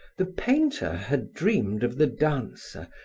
the painter had dreamed of the dancer,